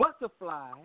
butterfly